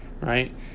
right